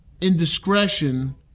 indiscretion